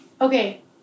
okay